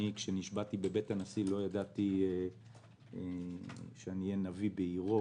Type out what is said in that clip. כשנשבעתי בבית הנשיא לא ידעתי שאהיה נביא בעירו.